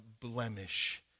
blemish